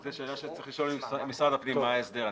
זו שאלה שצריך לשאול את משרד הפנים מה ההסדר.